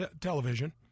television